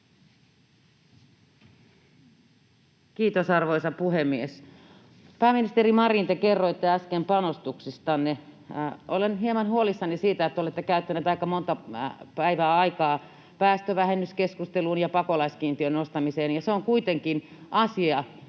Kiitos, arvoisa puhemies! Pääministeri Marin, te kerroitte äsken panostuksistanne. Olen hieman huolissani siitä, että te olette käyttäneet aika monta päivää aikaa päästövähennyskeskusteluun ja pakolaiskiintiön nostamiseen, ja se on kuitenkin asia,